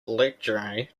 lekrjahre